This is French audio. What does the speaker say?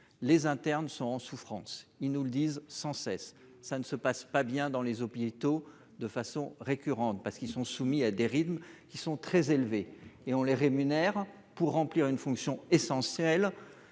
Les internes sont en souffrance, ils nous le disent sans cesse. Ça ne se passe pas bien dans les hôpitaux de façon récurrente parce qu'ils sont soumis à des rythmes qui sont très élevées et on les rémunère pour remplir une fonction essentielle